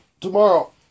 tomorrow